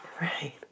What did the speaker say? Right